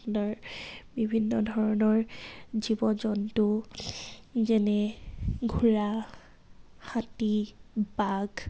আপোনাৰ বিভিন্ন ধৰণৰ জীৱ জন্তু যেনে ঘোঁৰা হাতী বাঘ